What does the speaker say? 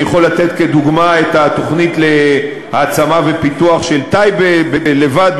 אני יכול לתת כדוגמה את התוכנית להעצמה ופיתוח של טייבה לבד,